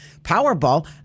Powerball